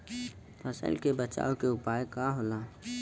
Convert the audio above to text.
फसल के बचाव के उपाय का होला?